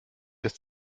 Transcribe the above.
das